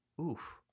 oof